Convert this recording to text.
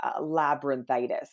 labyrinthitis